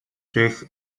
sich